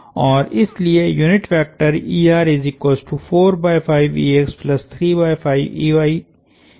और इसलिए यूनिट वेक्टरद्वारा दिया जाता है